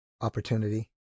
opportunity